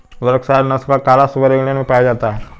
Berkshire नस्ल का काला सुअर इंग्लैण्ड में पाया जाता है